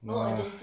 no lah